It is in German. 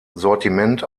sortiment